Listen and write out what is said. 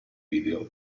video